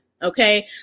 Okay